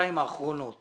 בשנתיים האחרונות